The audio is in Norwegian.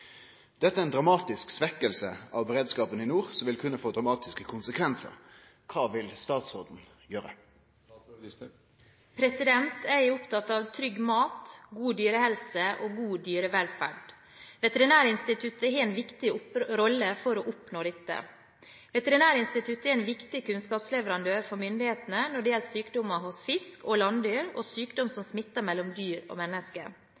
Dette er en dramatisk svekkelse av beredskapen i nord som vil kunne få dramatiske konsekvenser. Hva vil statsråden gjøre?» Jeg er opptatt av trygg mat, god dyrehelse og god dyrevelferd. Veterinærinstituttet har en viktig rolle i å oppnå dette. Veterinærinstituttet er en viktig kunnskapsleverandør for myndighetene når det gjelder sykdommer hos fisk og landdyr og sykdom som smitter mellom dyr og mennesker.